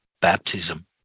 baptism